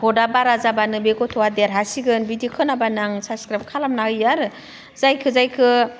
भटा बारा जाब्लानो बे गथ'आ देरहासिगोन बिदि खोनाब्लानो आं साबसक्राइब खालामना होयो आरो जायखो जायखो